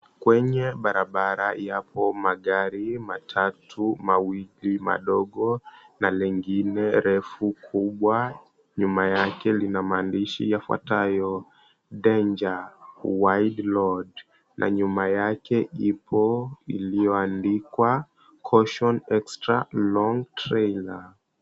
Kwenye barabara yapo magari matatu. Mawili madogo na mengine refu kubwa nyuma yake lina mahandishi yafuatayo, "Danger Wide Load," na nyuma yake ipo iliyoandikwa, "Caution Extra Long Trailer."